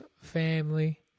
family